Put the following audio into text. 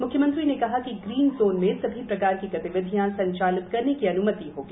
मुख्यमव्वी ने कहा कि ग्रीन जोन में सभी प्रकार की गतिविधियाँ सव्वालित करने की अनुमति होगी